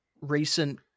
recent